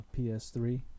PS3